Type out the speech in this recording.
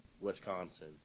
Wisconsin